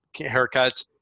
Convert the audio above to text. haircut